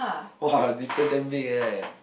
!wah! difference damn big eh